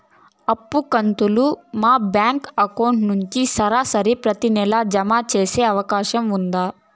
అప్పు కంతులు మా బ్యాంకు అకౌంట్ నుంచి సరాసరి ప్రతి నెల జామ సేసే అవకాశం ఉందా?